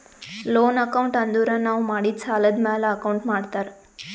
loan account ಅಂದುರ್ ನಾವು ಮಾಡಿದ್ ಸಾಲದ್ ಮ್ಯಾಲ ಅಕೌಂಟ್ ಮಾಡ್ತಾರ್